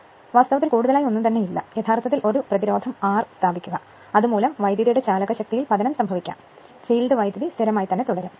അതിനാൽ വാസ്തവത്തിൽ കൂടുതലായി ഒന്നും തന്നെ ഇല്ല യഥാർത്ഥത്തിൽ ഒരു പ്രതിരോധം R സ്ഥാപിക്കുക അതുമൂലം വൈദ്യുതിയുടെ ചാലകശക്തിയിൽ പതനം സംഭവിക്കാം ഫീൽഡ് വൈദ്യുതി സ്ഥിരമായി തുടരും